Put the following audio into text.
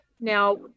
now